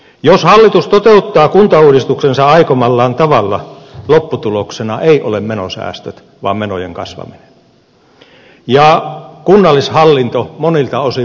jos hallitus toteuttaa kuntauudistuksensa aikomallaan tavalla lopputuloksena eivät ole menosäästöt vaan menojen kasvaminen ja kunnallishallinto monilta osin murentuu